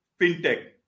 FinTech